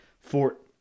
Fort